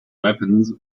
weapons